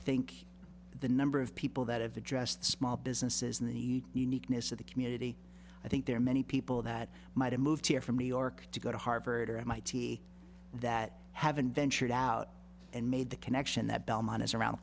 think the number of people that have addressed small businesses in the uniqueness of the community i think there are many people that might have moved here from new york to go to harvard or mit that haven't ventured out and made the connection that belmont is around the